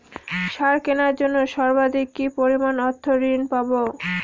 সার কেনার জন্য সর্বাধিক কি পরিমাণ অর্থ ঋণ পাব?